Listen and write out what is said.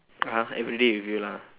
(uh huh) everyday with you lah